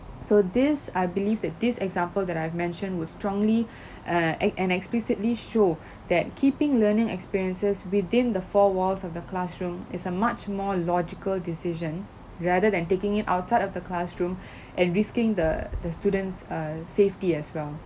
so this I believe that this example that I've mentioned will strongly err ex~ and explicitly show that keeping learning experiences within the four walls of the classroom is a much more logical decision rather than taking it outside of the classroom and risking the the students' err safety as well